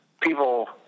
people